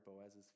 Boaz's